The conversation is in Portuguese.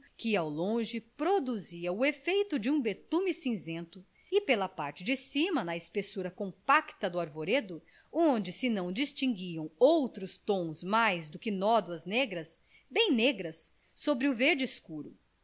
que ao longe produzia o efeito de um betume cinzento e pela parte de cima na espessura compacta do arvoredo onde se não distinguiam outros tons mais do que nódoas negras bem negras sobre o verde escuro